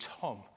Tom